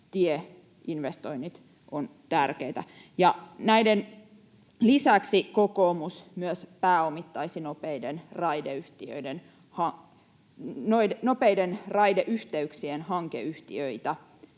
tieinvestoinnit ovat tärkeitä. Näiden lisäksi kokoomus myös pääomittaisi nopeiden raideyhteyksien hankeyhtiöitä,